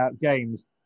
games